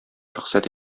рөхсәт